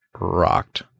rocked